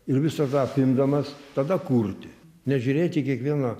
ir visą tą apimdamas tada kurti nežiūrėti į kiekvieną